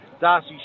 Darcy